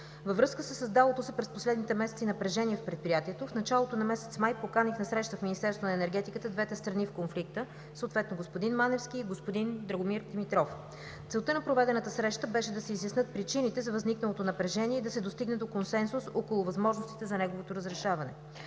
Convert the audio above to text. Във връзка със създалото се през последните месеци напрежение в Предприятието, в началото на месец май поканих на среща в Министерството на енергетиката двете страни в конфликта, съответно господин Маневски и господин Драгомир Димитров. Целта на проведената среща беше да се изяснят причините за възникналото напрежение и да се достигне до консенсус около възможностите за неговото разрешаване.